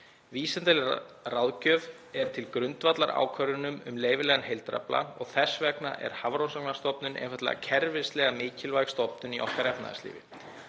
Vísindaleg ráðgjöf er til grundvallar ákvörðunum um leyfilegan heildarafla og þess vegna er Hafrannsóknastofnun einfaldlega kerfislega mikilvæg stofnun í okkar efnahagslífi.